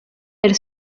elle